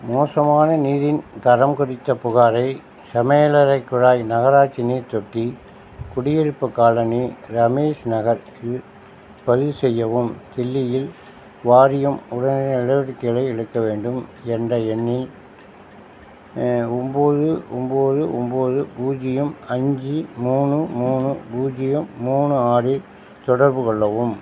மோசமான நீரின் தரம் குறித்த புகாரை சமையலறைக் குழாய் நகராட்சி நீர் தொட்டி குடியிருப்புக் காலனி ரமேஷ் நகர் இல் பதிவு செய்யவும் தில்லியில் வாரியம் உடனடி நடவடிக்கைகளை எடுக்க வேண்டும் என்ற எண்ணில் ஒம்போது ஒம்போது ஒம்போது பூஜ்ஜியம் அஞ்சு மூணு மூணு பூஜ்ஜியம் மூணு ஆறு இல் தொடர்பு கொள்ளவும்